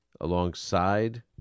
alongside